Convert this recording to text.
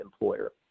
employer